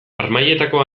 harmailetako